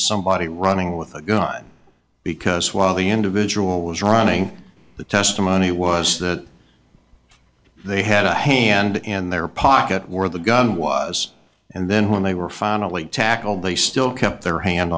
somebody running with a gun because while the individual was running the testimony was that they had a hand and their pocket where the gun was and then when they were finally tackled they still kept their hand